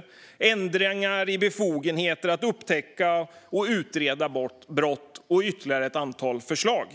Det handlade också om ändringar i befogenheter för att upptäcka och utreda brott med mera.